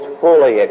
fully